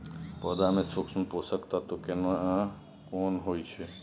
पौधा में सूक्ष्म पोषक तत्व केना कोन होय छै?